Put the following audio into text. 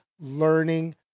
learning